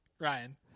Ryan